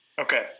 Okay